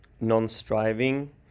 non-striving